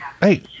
Hey